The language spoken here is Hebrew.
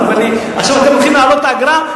עכשיו גם הולכים להעלות את האגרה,